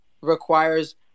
requires